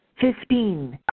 fifteen